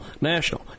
national